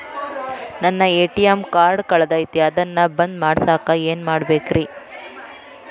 ನನ್ನ ATM card ಕಳದೈತ್ರಿ ಅದನ್ನ ಬಂದ್ ಮಾಡಸಾಕ್ ಏನ್ ಮಾಡ್ಬೇಕ್ರಿ?